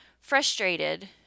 Frustrated